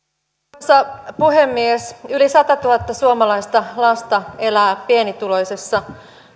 arvoisa puhemies yli satatuhatta suomalaista lasta elää pienituloisessa